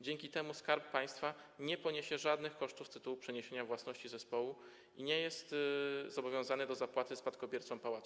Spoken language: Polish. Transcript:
Dzięki temu Skarb Państwa nie poniesie żadnych kosztów z tytułu przeniesienia własności zespołu i nie jest zobowiązany do zapłaty spadkobiercom pałacu.